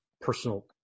personal